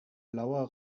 blauer